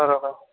बराबरि